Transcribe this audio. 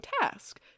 task